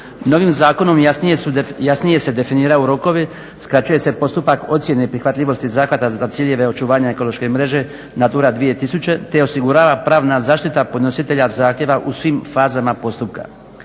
Novim zakonom jasnije se definiraju rokovi, skraćuje se postupak ocjene prihvatljivosti zahvata za ciljeve očuvanja ekološke mreže NATURA 2000 te osigurava pravna zaštita podnositelja zahtjeva u svim fazama postupka.